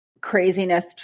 craziness